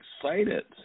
excited